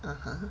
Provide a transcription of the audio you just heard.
(uh huh)